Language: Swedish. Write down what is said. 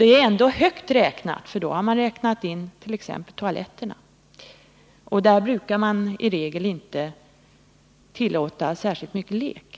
Det är ändå högt räknat, för då har man räknat in t.ex. toaletterna, och där brukar man i regel inte tillåta särskilt mycket lek.